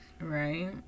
right